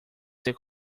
ser